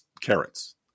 carrots